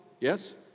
Yes